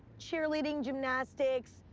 cheerleading, gymnastics,